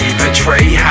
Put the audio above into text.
betray